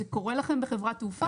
זה קורה לכם בחברת תעופה?